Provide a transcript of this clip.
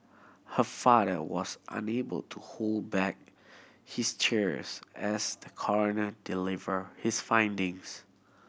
her father was unable to hold back his tears as the coroner delivered his findings